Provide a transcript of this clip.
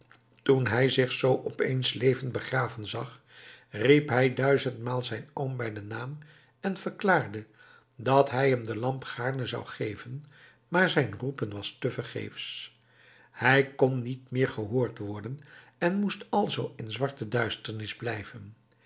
toen hij zich zoo opeens levend begraven zag riep hij duizendmaal zijn oom bij den naam en verklaarde dat hij hem de lamp gaarne zou geven maar zijn roepen was tevergeefs hij kon niet meer gehoord worden en moest alzoo in zwarte duisternis blijven